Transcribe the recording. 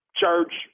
church